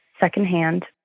secondhand